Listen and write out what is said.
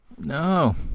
No